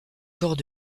corps